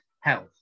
health